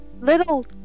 little